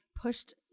pushed